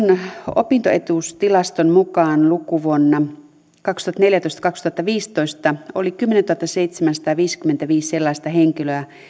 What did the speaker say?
opintoetuustilaston mukaan lukuvuonna kaksituhattaneljätoista viiva kaksituhattaviisitoista oli kymmenentuhattaseitsemänsataaviisikymmentäviisi sellaista henkilöä